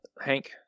Hank